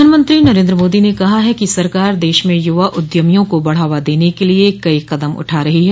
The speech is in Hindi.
प्रधानमंत्री नरेन्द्र मोदी ने कहा है कि सरकार देश में युवा उद्यमियों को बढ़ावा देने के लिए कई कदम उठा रही है